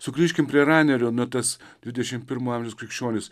sugrįžkim prie ranerio na tas dvidešimt pirmo amžiaus krikščionis